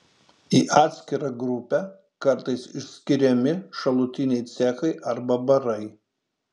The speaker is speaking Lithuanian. į atskirą grupę kartais išskiriami šalutiniai cechai arba barai